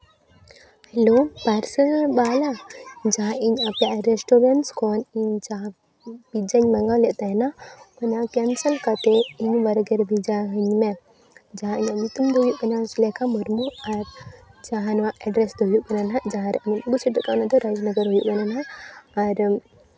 hello parcel ᱵᱟᱞᱟ ᱡᱟᱦᱟᱸ ᱤᱧ ᱟᱯᱮᱭᱟᱜ ᱨᱮᱥᱴᱩᱨᱮᱱᱥ ᱠᱷᱚᱱ ᱤᱧ ᱡᱟᱦᱟᱸ ᱯᱤᱡᱽᱡᱟᱧ ᱢᱟᱸᱜᱟᱣ ᱞᱮᱫ ᱛᱟᱦᱮᱱᱟ ᱚᱱᱟ ᱠᱮᱱᱥᱮᱞ ᱠᱟᱛᱮᱫ ᱤᱧ ᱵᱟᱨᱜᱟᱨ ᱵᱷᱮᱡᱟ ᱟᱹᱧ ᱢᱮ ᱡᱟᱦᱟᱸ ᱤᱧᱟᱹᱜ ᱧᱩᱛᱩᱢ ᱫᱚ ᱦᱩᱭᱩᱜ ᱠᱟᱱᱟ ᱥᱩᱞᱮᱠᱷᱟ ᱢᱩᱨᱢᱩ ᱟᱨ ᱡᱟᱦᱟᱸ ᱱᱚᱣᱟ ᱮᱰᱨᱮᱥ ᱫᱚ ᱦᱩᱭᱩᱜ ᱠᱟᱱᱟ ᱱᱟᱦᱟᱜ ᱡᱟᱦᱟᱸ ᱨᱮ ᱟᱨ